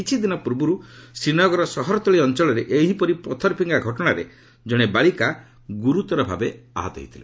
କିଛିଦିନ ପୂର୍ବରୁ ଶ୍ରୀନଗରର ସହରତଳି ଅଞ୍ଚଳରେ ଏହିପରି ପଥରଫିଙ୍ଗା ଘଟଣାରେ ଜଣେ ବାଳିକା ଗୁର୍ତ୍ତର ଭାବେ ଆହତ ହୋଇଥିଲେ